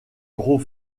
gros